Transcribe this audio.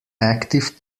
active